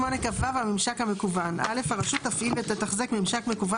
הממשק המקוון 78כו (א) הרשות תפעיל ותתחזק ממשק מקוון